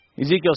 Ezekiel